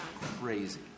crazy